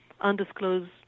undisclosed